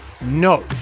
No